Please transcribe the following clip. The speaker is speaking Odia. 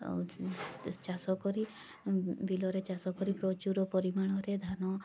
ଆଉ ଚାଷ କରି ବିଲରେ ଚାଷ କରି ପ୍ରଚୁର ପରିଣାମରେ ଧାନ